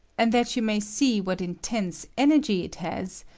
and that you may see what intense energy it has,